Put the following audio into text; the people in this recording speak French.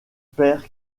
père